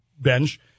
bench